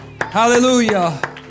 Hallelujah